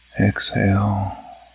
exhale